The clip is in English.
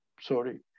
sorry